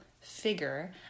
figure